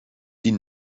die